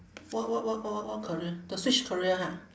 what what what what what what career the switch career ha